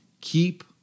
Keep